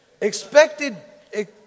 Expected